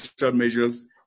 measures